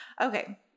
Okay